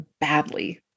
badly